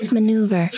Maneuver